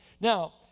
Now